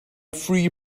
free